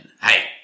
Hey